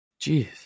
Jeez